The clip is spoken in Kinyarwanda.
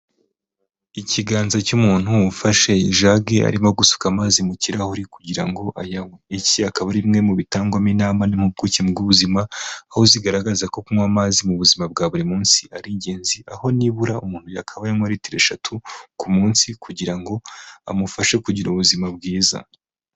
Ikiganza cy'umuntu ufashe ijage arimo gusuka amazi mu kirahuri kugira ngo ayanywe. Iki akaba ari bimwe mu bitangwamo inama n' impuguke mu bw'ubuzima, aho zigaragaza ko kunywa amazi mu buzima bwa buri munsi ari ingenzi, aho nibura umuntu yakabaye anywa litiro eshatu ku munsi kugira ngo amufashe kugira ubuzima bwiza.